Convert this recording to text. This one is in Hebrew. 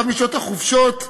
גם בחופשות,